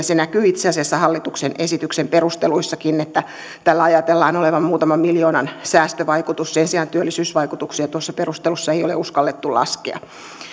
se näkyy itse asiassa hallituksen esityksen perusteluissakin tällä ajatellaan olevan muutaman miljoonan säästövaikutus sen sijaan työllisyysvaikutuksia noissa perusteluissa ei ole uskallettu laskea